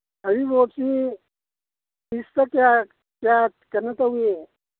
ꯍꯩꯔꯤꯕꯣꯞꯁꯤ ꯄꯤꯁꯇ ꯀꯌꯥ ꯀꯌꯥ ꯀꯩꯅꯣ ꯇꯧꯢ